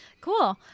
Cool